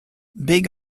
big